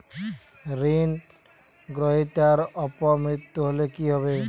ঋণ গ্রহীতার অপ মৃত্যু হলে কি হবে?